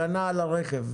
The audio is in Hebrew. הגנה על הרכב.